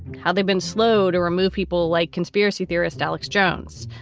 how they've been slow to remove people like conspiracy theorist alex jones,